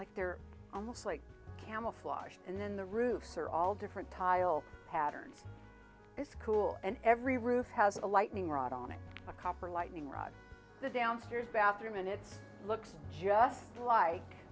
like they're like camouflage and then the roofs are all different tile pattern it's cool and every roof has a lightning rod on it a copper lightning rod the downstairs bathroom and it looks just like